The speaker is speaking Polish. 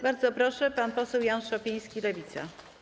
Bardzo proszę, pan poseł Jan Szopiński, Lewica.